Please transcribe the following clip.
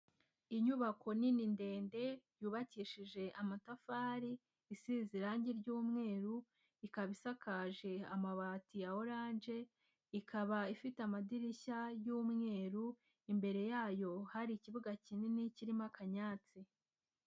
Inyubako nini ndende yubakishije amatafari, isize irangi ry'umweru, ikaba isakaje amabati ya orange, ikaba ifite amadirishya y'umweru, imbere yayo hari ikibuga kinini kirimo akanyatsi.